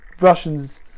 Russians